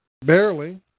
Barely